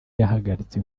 yahagaritse